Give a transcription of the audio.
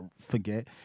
forget